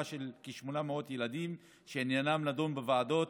של כ-800 ילדים שעניינם נדון בוועדות